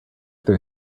their